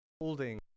holding